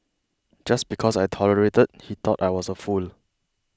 just because I tolerated he thought I was a fool